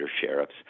sheriffs